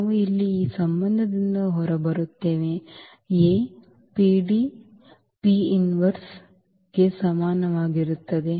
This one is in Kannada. ನಾವು ಇಲ್ಲಿ ಈ ಸಂಬಂಧದಿಂದ ಹೊರಬರುತ್ತೇವೆ A ಗೆ ಸಮಾನವಾಗಿರುತ್ತದೆ